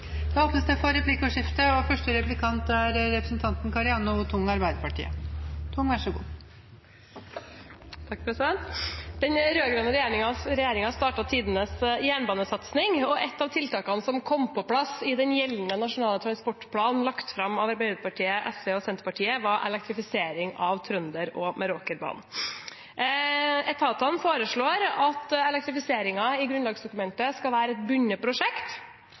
Den rød-grønne regjeringen startet tidenes jernbanesatsing, og et av tiltakene som kom på plass i den gjeldende nasjonale transportplanen lagt fram av Arbeiderpartiet, SV og Senterpartiet, var elektrifisering av Trønderbanen og Meråkerbanen. Etatene foreslår i grunnlagsdokumentet at elektrifiseringen skal være et bundet prosjekt.